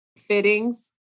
fittings